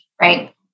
right